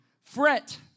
fret